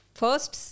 first